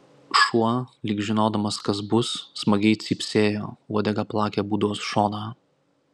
šuo lyg žinodamas kas bus smagiai cypsėjo uodega plakė būdos šoną